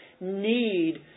need